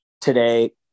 Today